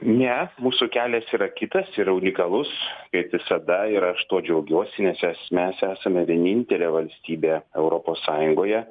ne mūsų kelias yra kitas yra unikalus kaip visada ir aš tuo džiaugiuosi nes es mes esame vienintelė valstybė europos sąjungoje